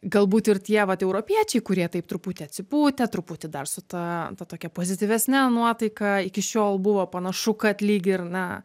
galbūt ir tie vat europiečiai kurie taip truputį atsipūtę truputį dar su ta ta tokia pozityvesne nuotaika iki šiol buvo panašu kad lyg ir na